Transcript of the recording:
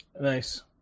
Nice